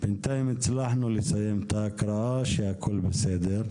בנתיים הצלחנו לסיים את ההקראה שהכל בסדר,